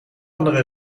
andere